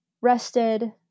rested